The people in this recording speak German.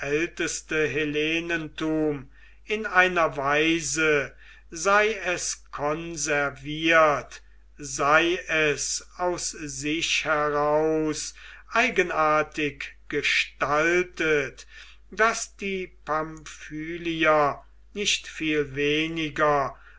hellenentum in einer weise sei es konserviert sei es aus sich heraus eigenartig gestaltet daß die pamphylier nicht viel weniger